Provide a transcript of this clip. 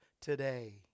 today